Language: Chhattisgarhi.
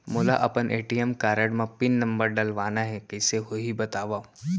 मोला अपन ए.टी.एम कारड म पिन नंबर डलवाना हे कइसे होही बतावव?